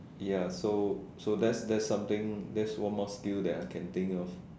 ya so so that's that's something that's one more skill that I can think of